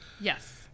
Yes